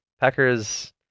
Packers